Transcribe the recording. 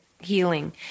healing